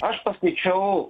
aš paskaičiau